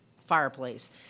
fireplace